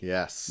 Yes